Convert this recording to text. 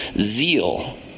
zeal